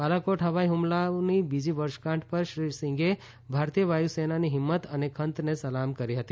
બાલાકોટ હવાઈ હ્મલાઓની બીજી વર્ષગાંઠ પર શ્રી સિંઘે ભારતીય વાયુસેનાની હિંમત અને ખંતને સલામ કરી હતી